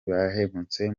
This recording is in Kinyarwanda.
bahembutse